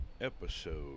episode